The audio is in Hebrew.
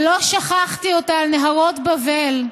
ולא שכחתי אותה על נהרות בבל,